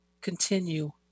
continue